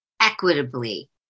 equitably